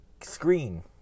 screen